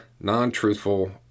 Non-Truthful